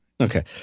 Okay